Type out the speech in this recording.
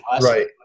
Right